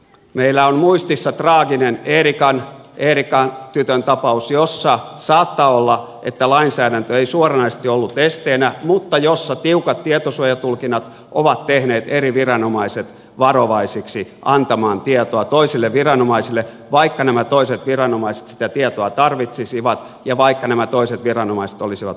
meillä on muistissa traaginen eerika tytön tapaus jossa saattaa olla että lainsäädäntö ei suoranaisesti ollut esteenä mutta jossa tiukat tietosuojatulkinnat ovat tehneet eri viranomaiset varovaisiksi antamaan tietoa toisille viranomaisille vaikka nämä toiset viranomaiset sitä tietoa tarvitsisivat ja vaikka nämä toiset viranomaiset olisivat vaitiolovelvollisia